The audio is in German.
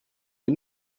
wir